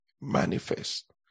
manifest